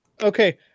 okay